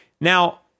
Now